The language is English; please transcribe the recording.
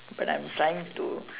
but I'm trying to